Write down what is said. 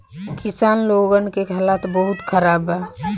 किसान लोगन के हालात बहुत खराब बा